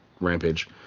rampage